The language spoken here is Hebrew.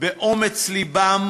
באומץ לבם